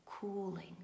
cooling